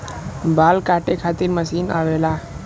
बाल काटे खातिर मशीन आवेला